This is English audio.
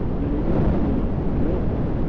and they do seem almost deserted.